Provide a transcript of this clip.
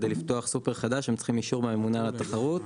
כדי לפתוח סופר חדש הם צריכים אישור מהממונה על התחרות.